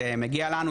זה מגיע לנו.